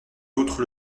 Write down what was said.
autres